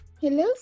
Hello